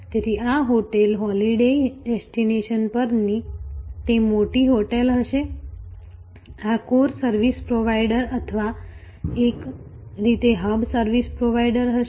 તેથી આ hotel holiday destination પરની તે મોટી હોટેલ હશે આ કોર સર્વિસ પ્રોવાઈડર અથવા એક રીતે હબ સર્વિસ પ્રોવાઈડર હશે